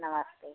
नमस्ते